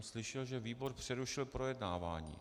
Slyšel jsem, že výbor přerušil projednávání.